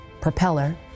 propeller